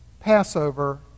Passover